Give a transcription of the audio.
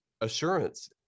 assurance